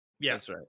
yes